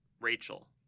Rachel